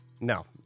No